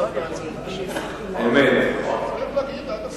נכון, צריך להגיד עד הסוף.